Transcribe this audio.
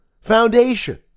foundation